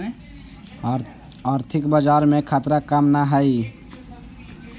आर्थिक बाजार में खतरा कम न हाई